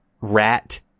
Rat